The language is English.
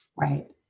right